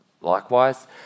likewise